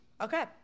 Okay